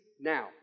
now